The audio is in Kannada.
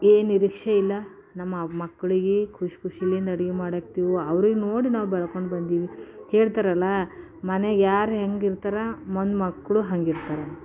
ಏನೂ ನಿರೀಕ್ಷೆ ಇಲ್ಲ ನಮ್ಮ ಮಕ್ಕಳಿಗೆ ಖುಷಿ ಖುಷಿಯಿಂದ ಅಡುಗೆ ಮಾಡಾಕ್ತೀವಿ ಅವ್ರ ನೋಡಿ ನಾವು ಬೆಳಕೊಂಡು ಬಂದೀವಿ ಹೇಳ್ತಾರಲ್ಲ ಮನೆಗೆ ಯಾರು ಹೇಗಿರ್ತಾರೆ ಮನೆ ಮಕ್ಕಳು ಹಾಗಿರ್ತಾರಂತ